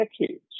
decades